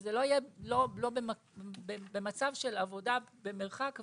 שזה לא יהיה במצב של עבודה במרחק ולפתור,